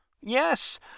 Yes